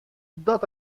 dat